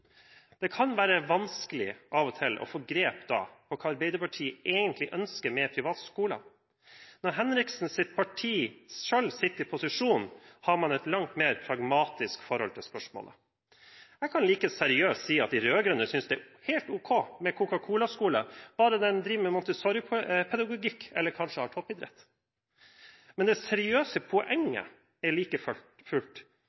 av og til være vanskelig å få tak i hva Arbeiderpartiet egentlig ønsker med privatskoler. Da Henriksens parti selv satt i posisjon, hadde man et langt mer pragmatisk forhold til spørsmålet. Jeg kan like seriøst si at de rød-grønne synes det er helt ok med Coca Cola skole – bare den bygger på montessoripedagogikk eller kanskje har toppidrettslinje. Det seriøse poenget er like fullt: